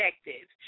objective